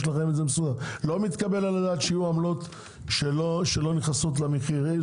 לא מתקבל על הדעת שיהיו עמלות שלא נכנסות למחיר.